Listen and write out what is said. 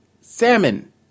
Salmon